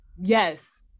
yes